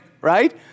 right